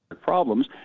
problems